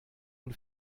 und